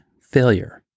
failure